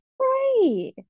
right